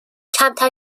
کمتر